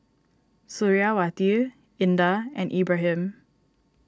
Suriawati Indah and Ibrahim